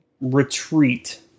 Retreat